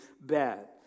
bad